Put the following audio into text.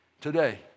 today